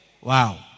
Wow